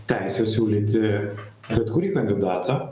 teisė siūlyti bet kurį kandidatą